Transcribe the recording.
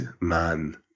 man